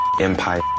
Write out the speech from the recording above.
empire